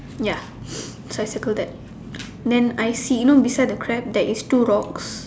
ya so I circle that then I see beside the crab there is two rocks